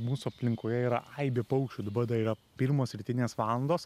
mūsų aplinkoje yra aibė paukščių dabar dar yra pirmos rytinės valandos